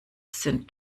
sind